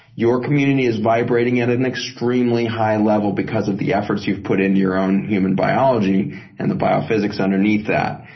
your community is vibrating at an extremely high level because of the efforts you've put into your own human biology and the biophysics underneath that.